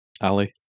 Ali